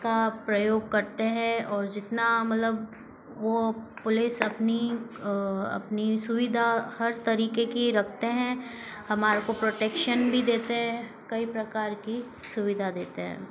का प्रयोग करते हैं और जितना मतलब वह पुलिस अपनी अपनी सुविधा हर तरीके की रखते हैं हमारे को प्रोटेक्शन भी देते हैं कई प्रकार की सुविधा देते हैं